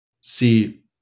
See